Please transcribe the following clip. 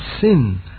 sin